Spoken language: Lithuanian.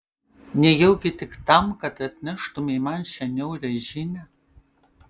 nejaugi tik tam kad atneštumei man šią niaurią žinią